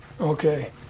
okay